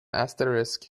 asterisk